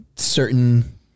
Certain